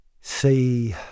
see